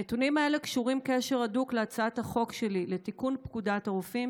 הנתונים האלה קשורים קשר הדוק להצעת החוק שלי לתיקון פקודת הרופאים,